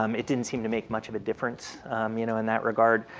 um it didn't seem to make much of a difference you know in that regard.